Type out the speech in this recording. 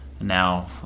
now